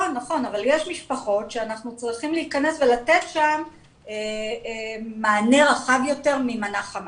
אבל יש משפחות שאנחנו צריכים להכנס ולתת שם מענה רחב יותר ממנה חמה.